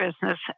business